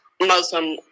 Muslim